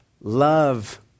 Love